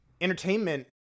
entertainment